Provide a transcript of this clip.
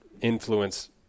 influence